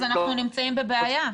אנחנו נמצאים בבעיה.